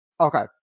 okay